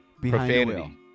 profanity